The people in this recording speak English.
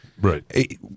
Right